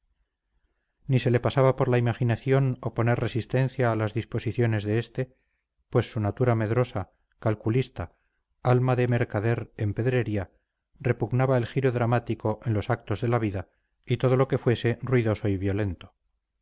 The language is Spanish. ni se le pasaba por la imaginación oponer resistencia a las disposiciones de este pues su naturaleza medrosa calculista alma de mercader en pedrería repugnaba el giro dramático en los actos de la vida y todo lo que fuese ruidoso y violento